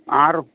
ಆರು